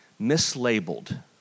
mislabeled